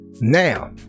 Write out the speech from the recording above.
Now